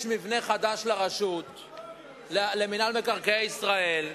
יש מבנה חדש למינהל מקרקעי ישראל,